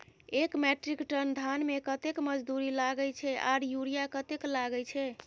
एक metric tonne धान में कतेक मजदूरी लागे छै आर यूरिया कतेक लागे छै?